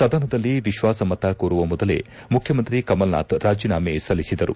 ಸದನದಲ್ಲಿ ವಿಶ್ವಾಸಮತ ಕೋರುವ ಮೊದಲೇ ಮುಖ್ಯಮಂತ್ರಿ ಕಮಲ್ನಾಥ್ ರಾಜೀನಾಮೆ ಸಲ್ಲಿಸಿದರು